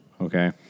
Okay